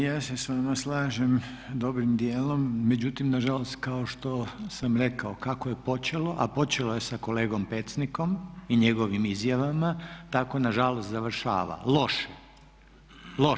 Ja se s vama slažem, dobrim dijelom, međutim, nažalost kao što sam rekao kako je počelo a počelo je sa kolegom Pecnikom i njegovim izjavama tako nažalost završava, loše.